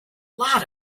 lot